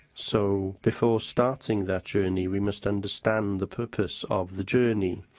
so, before starting that journey, we must understand the purpose of the journey.